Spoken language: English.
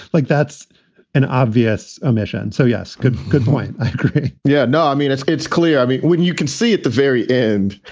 like, that's an obvious omission. so, yes, good. good point yeah. no, i mean, it's it's clear. i mean when you can see at the very end.